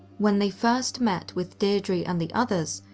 when they first met with deidre and the others,